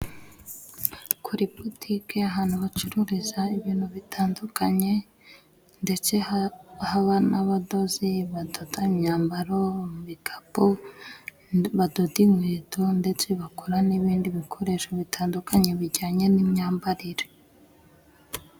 Kuri botike, ahantu bacururiza ibintu bitandukanye, ndetse haba n'abadozi badoda imyambaro, ibikapu, badoda inkweto, ndetse bakora n'ibindi bikoresho bitandukanye bijyanye n'imyambarire.